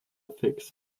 figs